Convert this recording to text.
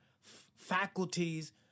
faculties